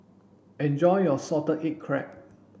enjoy your salted egg crab